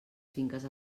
finques